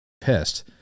pissed